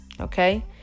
okay